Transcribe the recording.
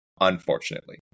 unfortunately